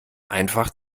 einfach